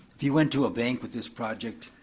if you went to a bank with this project,